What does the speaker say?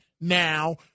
now